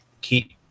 keep